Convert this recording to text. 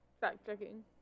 fact-checking